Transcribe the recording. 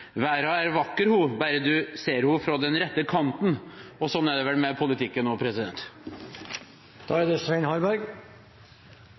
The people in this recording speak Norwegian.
«Verda er vakker ho, berre du ser ho frå den rette kanten.» Og sånn er det vel med politikken også. Jeg vil først på vegne av Høyre og Fremskrittspartiet bekrefte at vi fortsatt stemmer for det